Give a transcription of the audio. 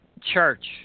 church